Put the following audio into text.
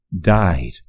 died